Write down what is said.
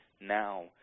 now